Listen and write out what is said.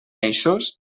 eixos